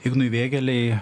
ignui vėgėlei